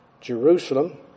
Jerusalem